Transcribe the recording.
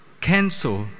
Cancel